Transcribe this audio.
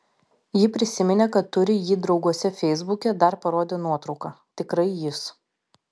ji prisiminė kad turi jį drauguose feisbuke dar parodė nuotrauką tikrai jis